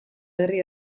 herri